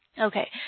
okay